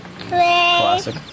classic